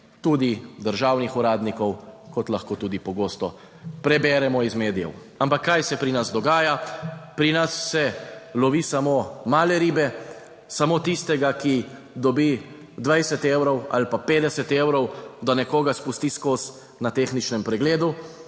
tudi državnih uradnikov, kot lahko tudi pogosto preberemo iz medijev. Ampak kaj se pri nas dogaja? Pri nas se lovi samo male ribe. Samo tistega, ki dobi 20 evrov ali pa 50 evrov, da nekoga spusti skozi na tehničnem pregledu.